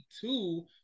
two